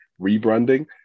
rebranding